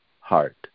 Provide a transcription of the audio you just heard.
heart